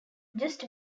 just